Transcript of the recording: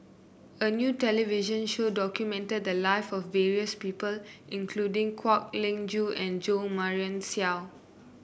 a new television show documented the live of various people including Kwek Leng Joo and Jo Marion Seow